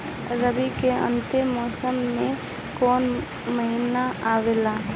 रवी के अंतिम मौसम में कौन महीना आवेला?